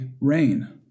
rain